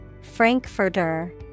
Frankfurter